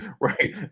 right